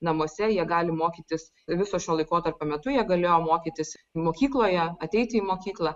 namuose jie gali mokytis viso šio laikotarpio metu jie galėjo mokytis mokykloje ateiti į mokyklą